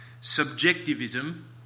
Subjectivism